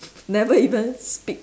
never even speak